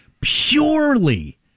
purely